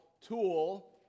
tool